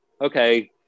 okay